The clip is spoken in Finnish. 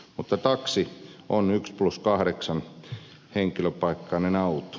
mutta taksi on yksi plus kahdeksan henkilöpaikkainen auto